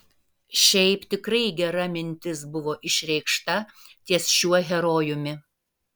šiaip tikrai gera mintis buvo išreikšta ties šiuo herojumi